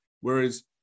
Whereas